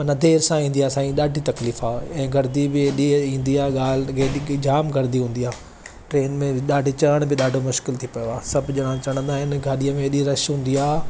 माना देरि सां ईंदी आहे साईं ॾाढी तकलीफ़ु आहे ऐं गर्दी बि एॾी ईंदी आहे ॻाल्हि एॾी की जाम गर्दी हूंदी आहे ट्रेन में ॾाढी चढ़ण बि ॾाढो मुश्किल थी पियो आहे सभु ॼणा चढ़ंदा आह्निनि गाॾीअ में एॾी रश हूंदी आहे